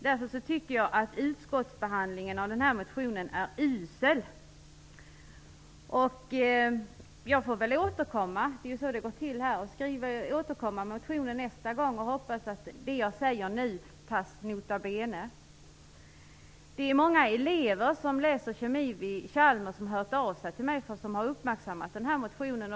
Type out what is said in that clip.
Därför tycker jag att utskottsbehandlingen av den här motionen är usel. Jag får väl återkomma. Det är ju så det går till här. Jag får väl återkomma med motionen nästa gång och hoppas att det jag säger nu har effekt. Det är många elever som läser kemi vid Chalmers som har hört av sig till mig och har uppmärksammat den här motionen.